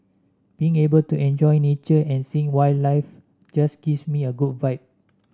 being able to enjoy nature and seeing wildlife just gives me a good vibe